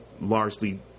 largely